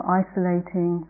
isolating